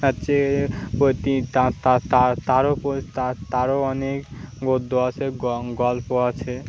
হচ্ছে তার তারও তারও অনেক গদ্য আছে গল্প আছে